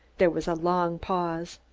there was a long pause.